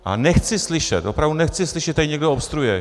A nechci slyšet, opravdu nechci slyšet, že tady někdo obstruuje.